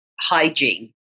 hygiene